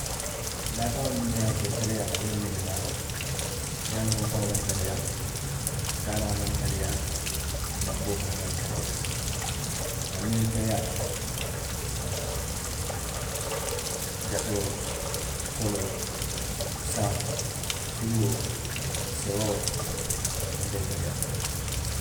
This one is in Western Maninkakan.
Daafeŋolu minnu ye a loŋ i tariyaata, aniŋ minnu naafata ñankonkoŋo maŋ tariyaa, kaanaa maŋ tariyaa, banboo fanaa maŋ tariyaa, minnu tariyaata, jatoo, soloo, saŋo, suluo, sewoo wolu le triyaata.